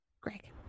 Greg